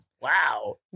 Wow